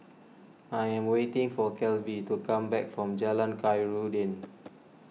I am waiting for Kelby to come back from Jalan Khairuddin